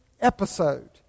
episode